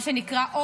מה שנקרא,